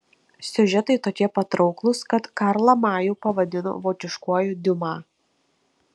siužetai tokie patrauklūs kad karlą majų pavadino vokiškuoju diuma